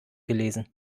gelesen